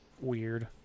weird